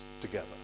together